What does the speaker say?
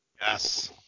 Yes